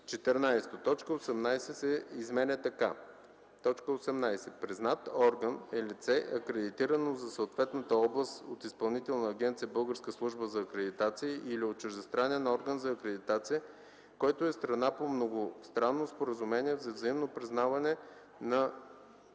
18 се изменя така: